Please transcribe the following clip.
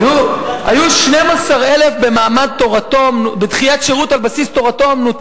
היו 12,000 בדחיית שירות על בסיס תורתו-אומנותו,